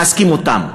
מחזקים אותם.